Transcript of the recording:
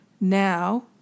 now